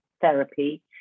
therapy